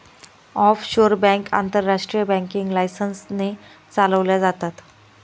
offshore bank आंतरराष्ट्रीय banking licence ने चालवल्या जातात